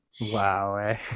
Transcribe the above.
Wow